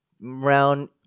round